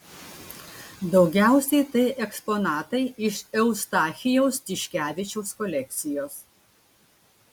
daugiausiai tai eksponatai iš eustachijaus tiškevičiaus kolekcijos